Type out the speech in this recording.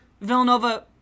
Villanova